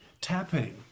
tapping